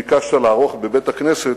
ביקשת לערוך בבית-הכנסת,